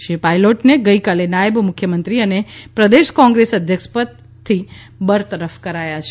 શ્રી પાયલોટને ગઈકાલે નાયબ મુખ્યમંત્રી અને પ્રદેશ કોંગ્રેસ અધ્યક્ષ પદ પરથી બરતરફ કરાયા છે